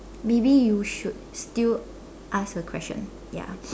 maybe you should still ask a question ya